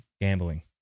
gambling